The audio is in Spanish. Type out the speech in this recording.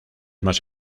más